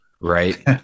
right